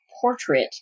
portrait